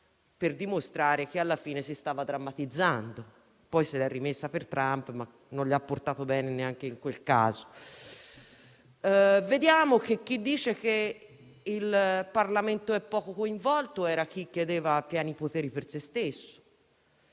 per dimostrare che alla fine si stava drammatizzando (poi se l'è rimessa per Trump, ma non gli ha portato bene neanche in quel caso). Vediamo che chi dice che il Parlamento è poco coinvolto era chi chiedeva pieni poteri per se stesso.